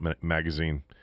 magazine